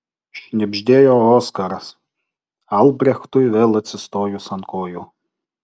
šnibždėjo oskaras albrechtui vėl atsistojus ant kojų